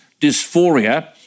dysphoria